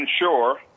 ensure